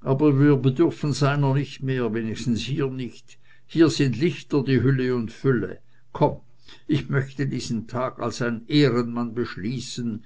aber wir bedürfen seiner nicht mehr wenigstens hier nicht hier sind lichter die hülle und fülle komm ich möchte diesen tag als ein ehrenmann beschließen